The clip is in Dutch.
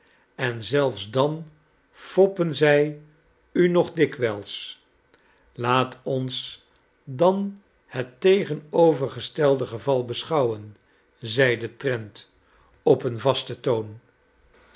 en zelfs dan foppen zij u nog dikwijls laat ons dan het tegenovergestelde geval beschouwen zeide trent op een vasten toon